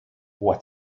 what